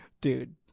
Dude